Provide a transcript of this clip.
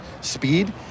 speed